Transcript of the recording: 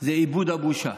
זה איבוד הבושה.